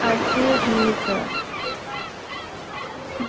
अस बी ठीक